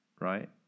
right